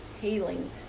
healing